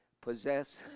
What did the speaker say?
possess